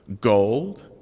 gold